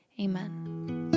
amen